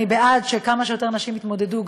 אני בעד שכמה שיותר נשים יתמודדו,